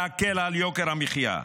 להקל על יוקר המחיה,